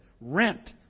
rent